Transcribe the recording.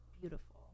beautiful